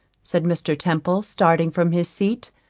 said mr. temple, starting from his seat,